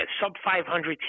sub-500